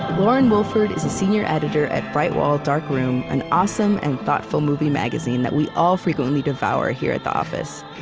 lauren wilford is a senior editor at bright wall dark room, an awesome and thoughtful movie magazine that we all frequently devour here at the office.